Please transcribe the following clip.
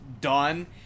done